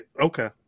Okay